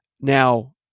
now